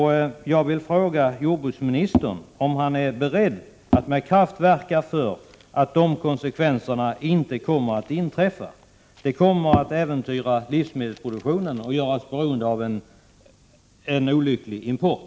Jag vill fråga jordbruksministern om han är beredd att med kraft verka för att konsekvenserna inte blir sådana. Det skulle komma att äventyra livsmedelsproduktionen och göra Sverige beroende av en olycklig import.